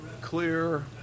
Clear